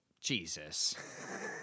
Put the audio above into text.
jesus